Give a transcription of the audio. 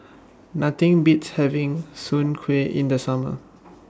Nothing Beats having Soon Kway in The Summer